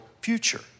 future